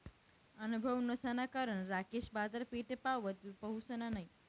अनुभव नसाना कारण राकेश बाजारपेठपावत पहुसना नयी